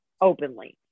openly